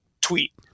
tweet